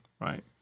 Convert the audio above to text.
right